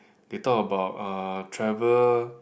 they talk about uh travel